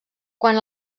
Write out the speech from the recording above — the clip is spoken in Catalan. quan